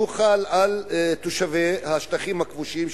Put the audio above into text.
שהוא חל על תושבי השטחים הכבושים,